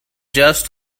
just